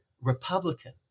republican